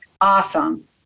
awesome